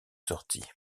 sortie